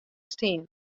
stean